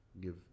give